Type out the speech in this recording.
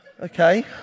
okay